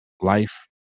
life